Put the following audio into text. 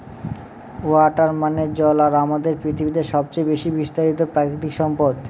water মানে জল আর আমাদের পৃথিবীতে সবচেয়ে বেশি বিস্তারিত প্রাকৃতিক সম্পদ